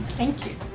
thank you.